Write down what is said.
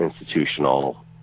institutional